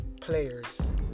players